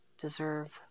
deserve